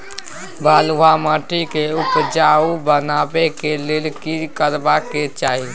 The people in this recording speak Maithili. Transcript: बालुहा माटी के उपजाउ बनाबै के लेल की करबा के चाही?